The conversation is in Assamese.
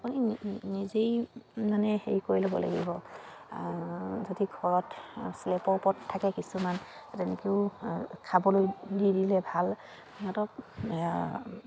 আপুনি নিজেই মানে হেৰি কৰি ল'ব লাগিব যদি ঘৰত শ্লেপৰ ওপৰত থাকে কিছুমান তেনেকেও খাবলৈ দি দিলে ভাল সিহঁতক